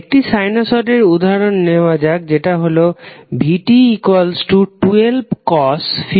একটি সাইনুসডের উদাহরণ নেওয়া যাক যেটা হলো vt1250t10°